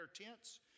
tents